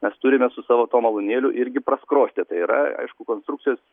mes turime su savo tuo malūnėliu irgi praskrosti tai yra aišku konstrukcijos